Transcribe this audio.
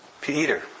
Peter